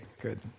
good